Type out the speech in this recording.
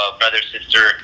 brother-sister